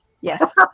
Yes